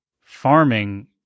farming